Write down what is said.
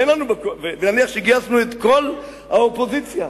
ונניח שגייסנו את כל האופוזיציה,